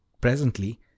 Presently